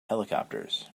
helicopters